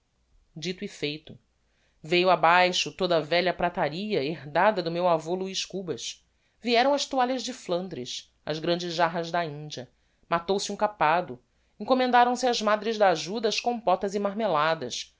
dito e feito veiu abaixo toda a velha prataria herdada do meu avô luiz cubas vieram as toalhas de flandres as grandes jarras da india matou se um capado encommendaram se ás madres da ajuda as compotas e marmeladas